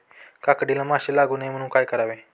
काकडीला माशी लागू नये म्हणून काय करावे?